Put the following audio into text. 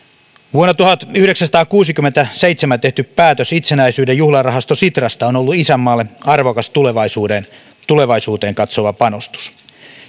vuonna tuhatyhdeksänsataakuusikymmentäseitsemän tehty päätös itsenäisyyden juhlarahasto sitrasta on ollut isänmaalle arvokas tulevaisuuteen tulevaisuuteen katsova panostus